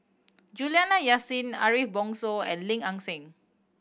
Juliana Yasin Ariff Bongso and Lim Ang Seng